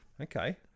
Okay